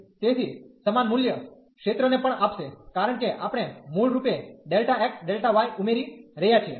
તેથી સમાન વેલ્યુ ક્ષેત્રને પણ આપશે કારણ કે આપણે મૂળરૂપે Δ x Δ y ઉમેરી રહ્યા છીએ